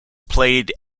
played